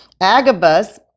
Agabus